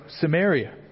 samaria